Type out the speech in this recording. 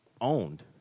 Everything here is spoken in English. owned